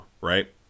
right